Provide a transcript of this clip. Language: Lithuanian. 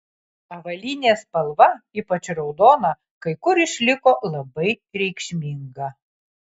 avalynės spalva ypač raudona kai kur išliko labai reikšminga